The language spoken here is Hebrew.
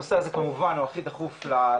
שהנושא הזה כמובן הוא הכי חשוב לחדשנות.